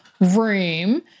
room